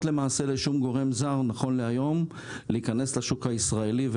לשום גורם זר להיכנס לשוק הישראלי.